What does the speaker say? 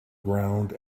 ground